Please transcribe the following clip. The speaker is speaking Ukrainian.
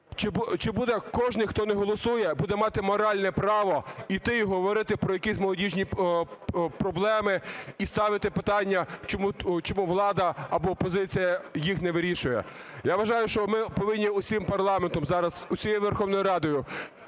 чи буде кожен, хто не голосує, буде мати моральне право йти і говорити про якісь молодіжні проблеми і ставити питання, чому влада або опозиція їх не вирішує. Я вважаю, що ми повинні всім парламентом зараз, всією Верховною Радою